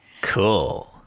Cool